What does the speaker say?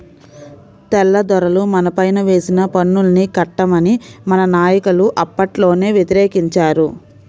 తెల్లదొరలు మనపైన వేసిన పన్నుల్ని కట్టమని మన నాయకులు అప్పట్లోనే వ్యతిరేకించారు